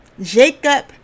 Jacob